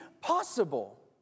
possible